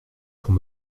pour